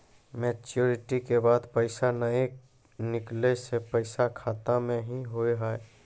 Maturity के बाद पैसा नए निकले से पैसा खाता मे की होव हाय?